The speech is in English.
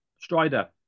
Strider